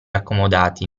accomodati